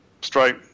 straight